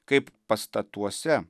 kaip pastatuose